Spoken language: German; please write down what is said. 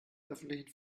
öffentlichen